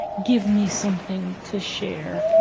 give me something to share.